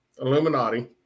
Illuminati